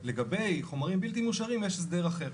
לגבי חומרים בלתי מאושרים יש הסדר אחר.